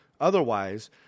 otherwise